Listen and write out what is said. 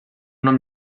nom